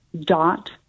dot